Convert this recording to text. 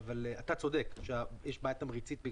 אתה צודק שיש בעיה תמריצית.